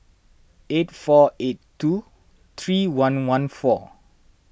eight four eight two three one one four